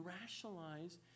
rationalize